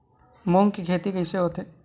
मूंग के खेती कइसे होथे?